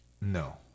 No